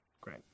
Great